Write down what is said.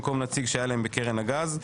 במקום נציג שהיה להם בקרן הגז.